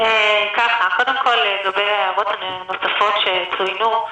לגבי ההערות הנוספות שצוינו,